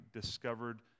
discovered